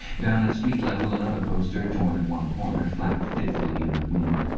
down at street level another poster, torn at one corner, flapped fitfully in the wind,